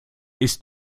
ist